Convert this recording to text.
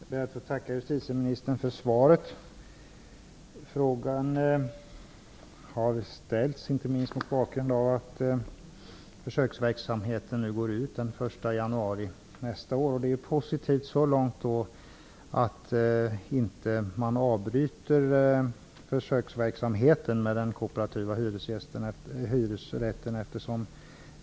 Herr talman! Jag ber att få tacka justitieministern för svaret. Frågan har ställts inte minst mot bakgrund av att tiden för försöksverksamheten går ut den 1 januari nästa år. Man avbryter inte försöksverksamheten med den kooperativa hyresrätten, och så långt är det positivt.